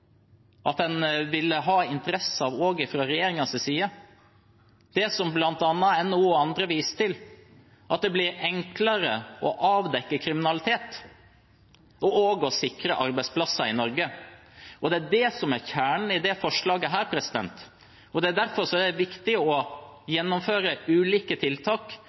en tro en ville ha interesse av også fra regjeringens side. Det NHO og andre viser til, er at det blir enklere å avdekke kriminalitet og å sikre arbeidsplasser i Norge. Det er det som er kjernen i dette forslaget. Det er viktig å gjennomføre ulike tiltak, men dette tiltaket er et viktig grep for å